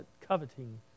coveting